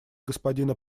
господина